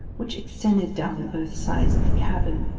which extended down both sides of the cabin,